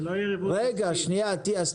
רגע שנייה אטיאס,